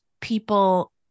people